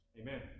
Amen